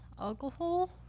Alcohol